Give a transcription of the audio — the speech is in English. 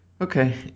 Okay